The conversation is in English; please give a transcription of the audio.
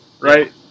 right